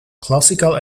classical